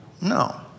No